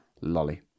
Lolly